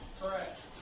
Correct